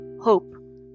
hope